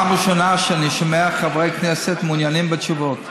זה פעם ראשונה שאני שומע חברי כנסת שמעוניינים בתשובות.